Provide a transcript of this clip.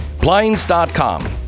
Blinds.com